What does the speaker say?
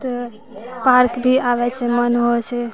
तो पार्क भी आबै छै मन होइ छै